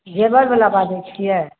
जेबर बला बाबू छियै